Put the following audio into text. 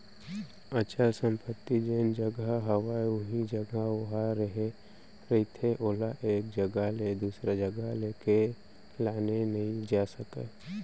अचल संपत्ति जेन जघा हवय उही जघा ओहा रेहे रहिथे ओला एक जघा ले दूसर जघा लेगे लाने नइ जा सकय